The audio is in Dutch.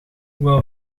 hoewel